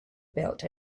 built